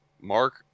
Mark